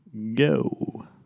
Go